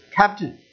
，Captain